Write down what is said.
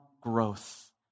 growth